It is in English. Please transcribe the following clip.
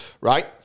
right